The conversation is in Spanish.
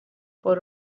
por